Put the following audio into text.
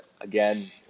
again